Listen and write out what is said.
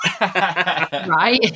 right